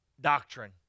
doctrine